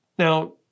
Now